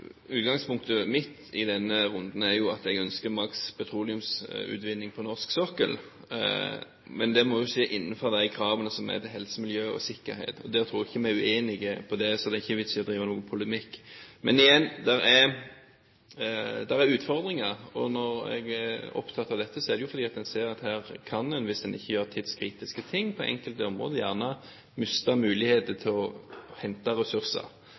ønsker maks petroleumsutvinning på norsk sokkel, men det må skje innenfor de kravene som er til helse, miljø og sikkerhet. Jeg tror ikke vi er uenige om det, så det er ikke noen vits i å drive noen polemikk. Men igjen: Det er utfordringer, og når jeg er opptatt av dette, er det jo fordi en ser at her kan en, hvis en ikke gjør tidskritiske ting på enkelte områder, kanskje miste muligheter til å hente ressurser.